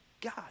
God